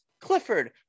Clifford